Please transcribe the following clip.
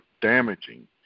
damaging